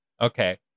Okay